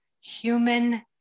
human